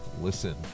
listen